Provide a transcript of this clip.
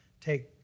take